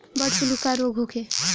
Bird flu का रोग होखे?